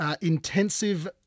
intensive